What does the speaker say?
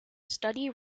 study